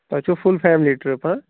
تۄہہِ چھَو full family trip حظ